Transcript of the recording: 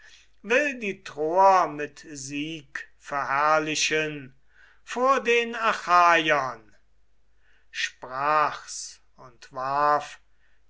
will die troer mit sieg verherrlichen vor den achaeern sprach's und warf